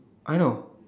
I know